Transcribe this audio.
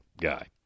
guy